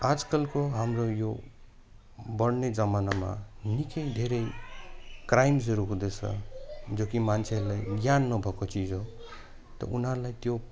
आजकलको हाम्रो यो बढ्ने जमानामा निकै धेरै क्राइम्सहरू हुँदैछ जो कि मान्छेले ज्ञान नभएको चिज हो त उनीहरूलाई त्यो